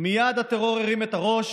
מייד הטרור הרים את הראש